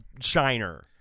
shiner